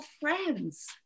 friends